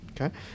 Okay